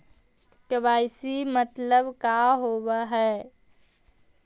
KYC मतलब का होव हइ?